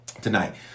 tonight